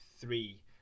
three